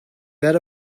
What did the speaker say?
that